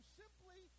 simply